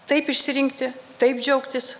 taip išsirinkti taip džiaugtis